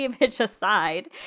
aside